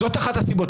זאת אחת הסיבות.